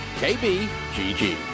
KBGG